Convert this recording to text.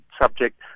subject